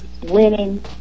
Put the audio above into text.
winning